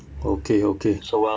okay okay